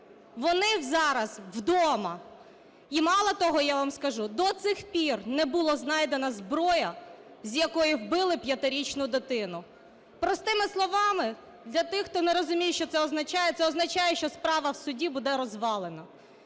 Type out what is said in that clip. Вони зараз вдома. І, мало того, я вам скажу, до цих пір не була знайдена зброя, з якої вбили 5-річну дитину. Простими словами, для тих, хто не розуміє, що це означає: це означає, що справа в суді буде розвалена.